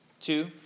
Two